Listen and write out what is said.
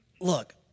Look